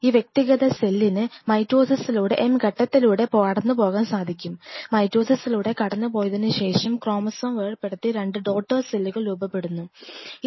ഈ വ്യക്തിഗത സെല്ലിന് മൈറ്റോസിസസിലൂടെ M ഘട്ടത്തിലൂടെ കടന്നുപോകാൻ കഴിയും മൈറ്റോസിസസിലൂടെ കടന്നുപോയതിനു ശേഷം ക്രോമസോം വേർപെടുത്തി 2 ഡോട്ടർ സെല്ലുകൾ രൂപപ്പെടുന്നന്നു